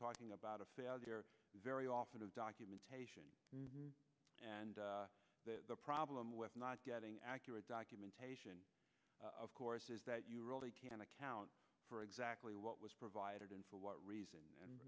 talking about a failure very often of documentation and the problem with not getting accurate documentation of course is that you really can't account for exactly what was provided and for what reason